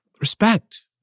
Respect